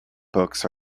books